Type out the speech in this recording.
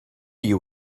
you